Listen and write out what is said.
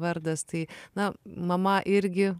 vardas tai na mama irgi